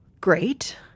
great